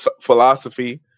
philosophy